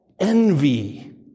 envy